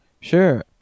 Sure